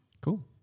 Cool